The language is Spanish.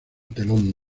telón